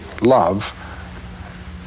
love